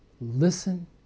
Listen